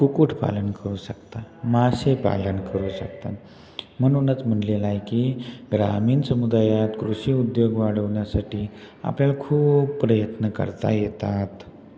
कुक्कुटपालन करू शकता मासेपालन करू शकता म्हणूनच म्हणलेलं आहे की ग्रामीण समुदायात कृषी उद्योग वाढवण्यासाठी आपल्याला खूप प्रयत्न करता येतात